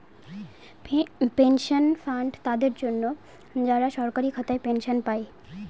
pension fund তাদের জন্য, যারা সরকারি খাতায় পেনশন পায়